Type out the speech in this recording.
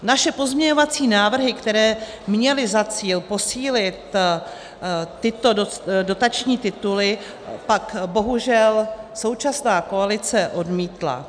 Naše pozměňovací návrhy, které měly za cíl posílit tyto dotační tituly, pak bohužel současná koalice odmítla.